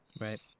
Right